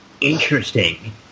interesting